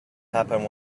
happen